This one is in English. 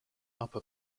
upper